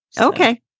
Okay